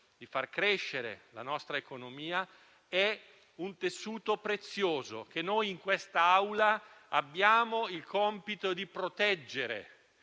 di far crescere la nostra economia, è prezioso e noi in questa Aula abbiamo il compito di proteggerlo